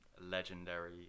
legendary